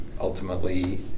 ultimately